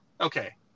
Okay